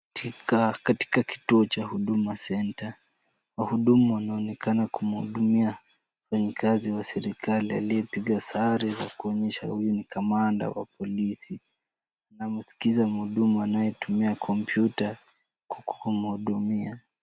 Katika kituo cha huduma centre, wahudumu wanaonekana kumuhudumia mfanyakazi wa serikali aliyepiga sare ya kuonyesha huyu ni komanda wa polisi. Anamsikiza mhudumu anayetumia computer kwa kumuhudumia.